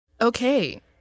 Okay